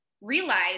realize